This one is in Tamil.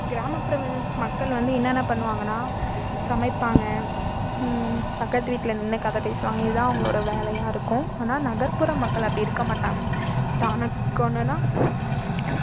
கிராமப்புற மக்கள் வந்து என்னென்ன பண்ணுவாங்கன்னா சமைப்பாங்க பக்கத்து வீட்டில் நின்று கதை பேசுவாங்க இது தான் அவங்களோட வேலையாக இருக்கும் ஆனால் நகர்ப்புற மக்கள் அப்படி இருக்க மாட்டாங்க தனக்கொன்றுனா